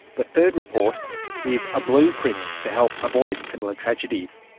the third report is a blueprint to help avoid similar tragedies.